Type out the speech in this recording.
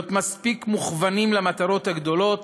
להיות מספיק מוכוונים למטרות הגדולות,